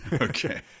Okay